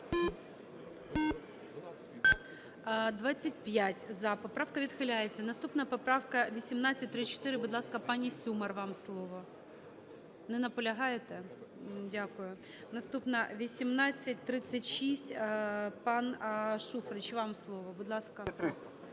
За-25 Поправка відхиляється. Наступна поправка 1834. Будь ласка, пані Сюмар, вам слово. Не наполягаєте? Дякую. Наступна – 1836. Пан Шуфрич, вам слово. Будь ласка.